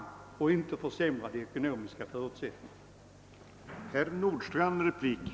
Det bör dock inte leda till att de ekonomiska förutsättningarna försämras på vuxenutbildningsområdet.